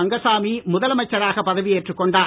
ரங்கசாமி முதலமைச்சராக பதவியேற்றுக் கொண்டார்